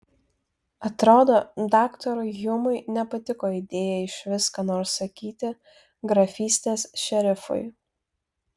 atrodo daktarui hjumui nepatiko idėja išvis ką nors sakyti grafystės šerifui